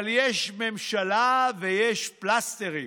אבל יש ממשלה ויש פלסטרים